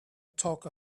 talk